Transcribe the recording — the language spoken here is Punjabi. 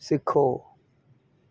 ਸਿੱਖੋ